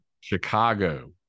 Chicago